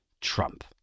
Trump